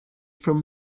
from